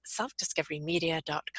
selfdiscoverymedia.com